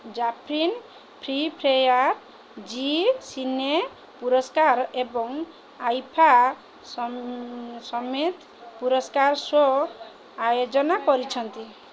ଜାଫିନ Filmfare Zee Cine ପୁରସ୍କାର ଏବଂ IIFA ସ ସମେତ ପୁରସ୍କାର ଶୋ ଆୟୋଜନ କରିଛନ୍ତି